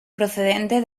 procedente